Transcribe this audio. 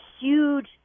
huge